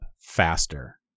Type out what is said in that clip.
faster